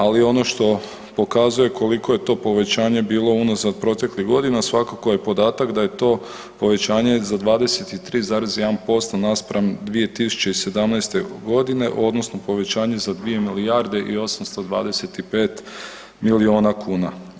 Ali ono što pokazuje koliko je to povećanje bilo unazad proteklih godina svakako je podatak da je to povećanje za 23,1% naspram 2017.g. odnosno povećanje za 2 milijarde i 825 milijuna kuna.